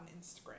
Instagram